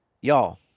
Y'all